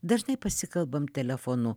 dažnai pasikalbam telefonu